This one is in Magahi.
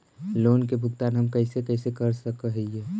लोन के भुगतान हम कैसे कैसे कर सक हिय?